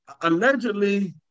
allegedly